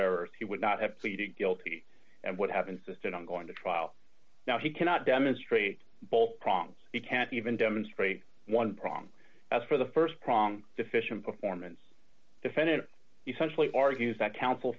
errors he would not have pleaded guilty and what happened system going to trial now he cannot demonstrate both prongs he can't even demonstrate one prong as for the st prong deficient performance defendant essentially argues that coun